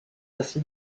ainsi